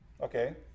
okay